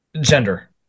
gender